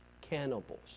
cannibals